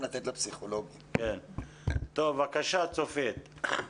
טוב, בבקשה צופית.